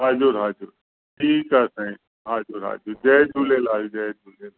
हाजुर हाजुर ठीकु आहे साईं हाजुर हाजुर जय झूलेलाल जय झूलेलाल